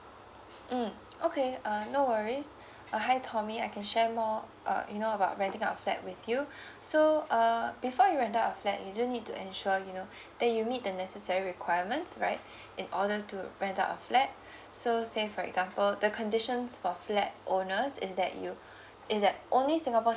mm okay uh no worries uh hi tommy I can share more uh you know about renting out a flat with you so uh before you rent out a flat you do need to ensure you know that you meet the necessary requirements right in order to rent out a flat so say for example the conditions for flat owners is that you is that only singapore